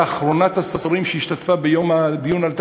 אחרונת השרים שהשתתפה ביום הדיון על התקציב.